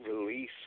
release